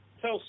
tell